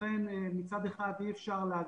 לכן מצד אחד אנחנו,